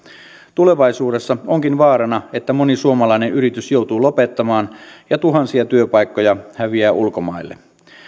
tulevaisuudessa onkin vaarana että moni suomalainen yritys joutuu lopettamaan ja tuhansia työpaikkoja häviää ulkomaille